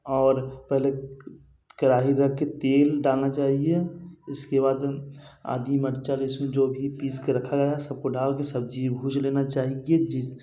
और पहले कड़ाही रख कर तेल डालना चाहिए इसके बाद आदी मिर्च लहसुन जो भी पीस कर रखा गया है सबको डाल कर सब्ज़ी भूज लेना चाहिए जिस